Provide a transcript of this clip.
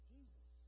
Jesus